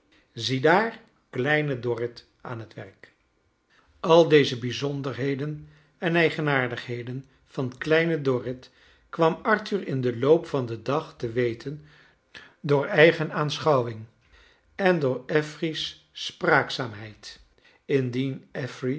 ziedaar kleine dorrit aan het werk al deze bijzonderheden en eigenaardigheden van kleine dorrit kwam arthur in den loop van den dag te weten door eigen aanschouwing en door affery's spraakzaamheid indien